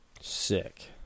Sick